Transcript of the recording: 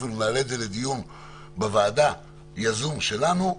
אפילו נעלה את זה לדיון יזום שלנו בוועדה,